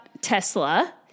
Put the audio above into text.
Tesla